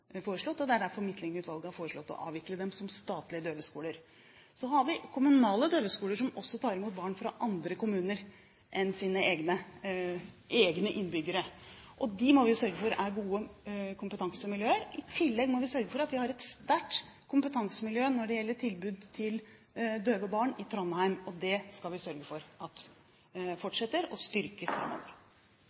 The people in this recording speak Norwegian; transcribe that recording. og det er derfor Midtlyng-utvalget har foreslått å avvikle dem som statlige døveskoler. Så har vi kommunale døveskoler, som også tar imot barn fra andre kommuner – andre enn sine egne innbyggere. De må vi sørge for er gode kompetansemiljøer. I tillegg må vi sørge for at vi har et sterkt kompetansemiljø når det gjelder tilbud til døve barn i Trondheim. Det skal vi sørge for at fortsetter og